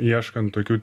ieškant tokių